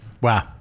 wow